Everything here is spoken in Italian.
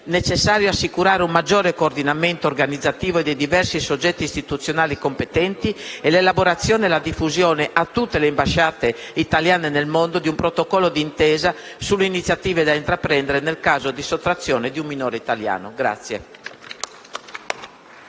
Mattesini - assicurare un maggiore coordinamento organizzativo dei diversi soggetti istituzionali competenti e l'elaborazione e la diffusione, a tutte le ambasciate italiane nel mondo, di un protocollo di intesa sulle iniziative da intraprendere in caso di sottrazione di un minore italiano.